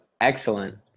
excellent